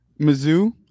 Mizzou